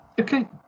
Okay